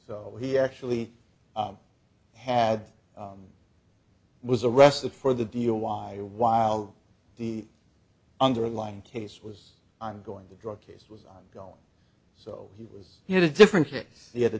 so he actually had was arrested for the deal why while the underlying case was ongoing the drug case was ongoing so he was he had a different case he had a